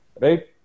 right